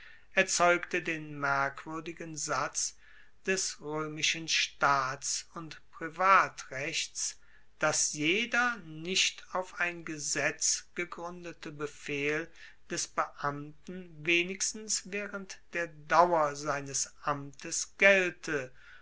erzeugte den merkwuerdigen satz des roemischen staats und privatrechts dass jeder nicht auf ein gesetz gegruendete befehl des beamten wenigstens waehrend der dauer seines amtes gelte